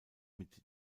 mit